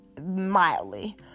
mildly